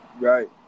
right